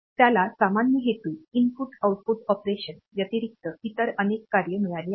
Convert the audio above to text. त्याला सामान्य हेतू इनपुट आउटपुट ऑपरेशन व्यतिरिक्त इतर अनेक कार्ये मिळाली आहेत